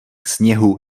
sněhu